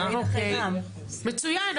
מצוין,